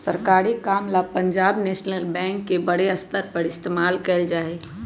सरकारी काम ला पंजाब नैशनल बैंक के बडे स्तर पर इस्तेमाल कइल जा हई